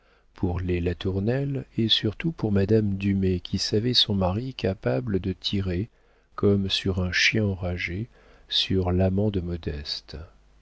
pour les latournelle et surtout pour madame dumay qui savait son mari capable de tirer comme sur un chien enragé sur l'amant de modeste